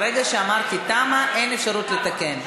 ברגע שאמרתי "תמה", אין אפשרות לתקן.